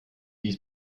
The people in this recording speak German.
ließ